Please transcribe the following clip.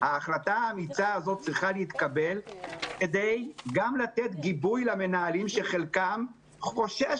ההחלטה האמיצה הזו צריכה להתקבל גם כדי לתת גיבוי למנהלים שחלקם חושש